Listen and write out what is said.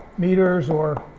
meters or